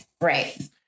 Right